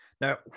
Now